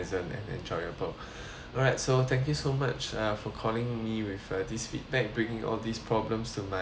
alright so thank you so much uh for calling me with uh this feedback bringing all these problems to my attention as mentioned